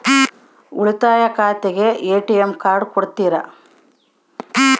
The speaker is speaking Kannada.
ಉಳಿತಾಯ ಖಾತೆಗೆ ಎ.ಟಿ.ಎಂ ಕಾರ್ಡ್ ಕೊಡ್ತೇರಿ?